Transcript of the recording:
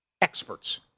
Experts